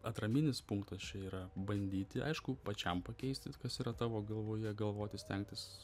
atraminis punktas čia yra bandyti aišku pačiam pakeisti kas yra tavo galvoje galvoti stengtis